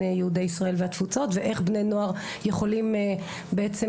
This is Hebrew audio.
יהודי ישראל והתפוצות ואיך בני נוער יכולים בעצם,